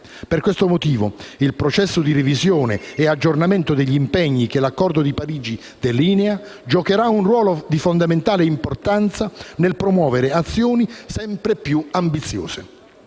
Per questo motivo il processo di divisione e aggiornamento degli impegni che l'Accordo di Parigi delinea giocherà un ruolo di fondamentale importanza nel promuovere azioni sempre più ambiziose.